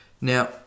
Now